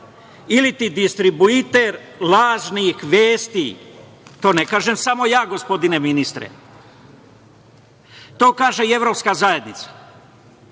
ili ti distributer lažnih vest. To ne kažem samo ja, gospodine ministre. To kaže i evropska zajednica. Naime,